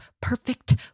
perfect